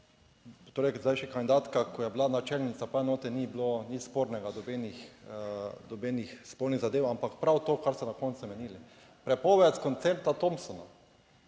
torej zdaj še kandidatka, ko je bila načelnica pa enote, ni bilo nič spornega, nobenih, nobenih spornih zadev, ampak prav to, kar ste na koncu omenili, prepoved koncerta Thompsona.